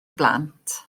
blant